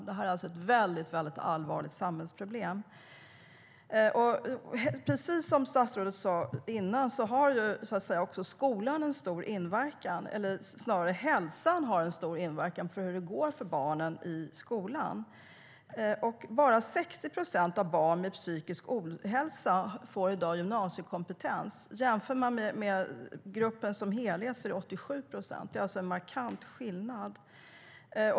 Detta är alltså ett väldigt allvarligt samhällsproblem. Precis som statsrådet sade innan har skolan stor inverkan, eller rättare sagt: Hälsan har stor inverkan på för hur det går för barnen i skolan. Bara 60 procent av barn med psykisk ohälsa får i dag gymnasiekompetens. I gruppen som helhet är det 87 procent. Det är alltså en markant skillnad.